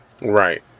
right